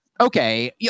okay